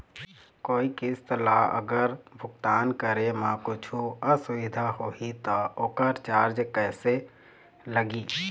कोई किस्त ला अगर भुगतान करे म कुछू असुविधा होही त ओकर चार्ज कैसे लगी?